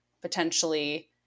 potentially